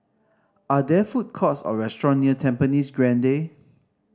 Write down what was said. are there food courts or restaurant near Tampines Grande